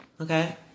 Okay